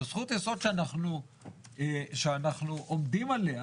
זאת זכות יסוד שאנחנו עומדים עליה.